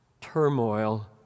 turmoil